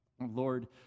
Lord